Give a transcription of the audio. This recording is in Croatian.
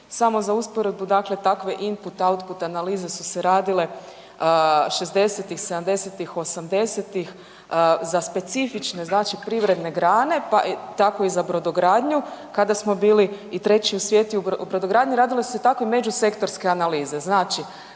Samo za usporedbu, dakle takve input, autput analize su se radile '60.-tih, '70.-tih, '80.-tih za specifične, znači privredne grane, pa tako i za brodogradnju kada smo bili i 3. u svijetu u brodogradnji, radile su se takve međusektorske analize. Znači,